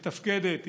מתפקדת,